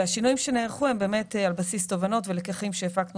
השינויים שנערכו הם על בסיס תובנות ולקחים שהפקנו